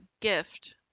gift